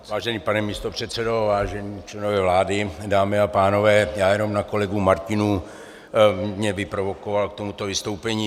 Vážený pane místopředsedo, vážení členové vlády, dámy a pánové, já jenom na kolegu Martinů, který mě vyprovokoval k tomuto vystoupení.